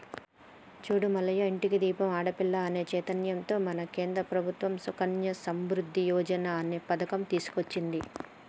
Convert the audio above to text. చూడు మల్లయ్య ఇంటికి దీపం ఆడపిల్ల అనే చైతన్యంతో మన కేంద్ర ప్రభుత్వం సుకన్య సమృద్ధి యోజన అనే పథకం తీసుకొచ్చింది